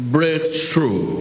Breakthrough